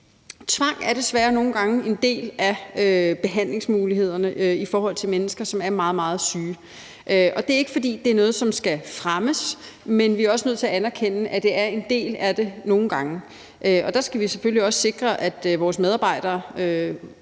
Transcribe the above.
Tvang er desværre nogle gange en del af behandlingsmulighederne i forhold til mennesker, som er meget, meget syge, og det er ikke, fordi det er noget, som skal fremmes, men vi er også nødt til at anerkende, at det er en del af det nogle gange, og der skal vi selvfølgelig også sikre, at vores medarbejdere